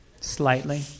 Slightly